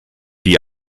die